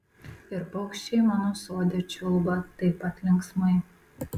ir paukščiai mano sode čiulba taip pat linksmai